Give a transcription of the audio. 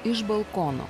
iš balkono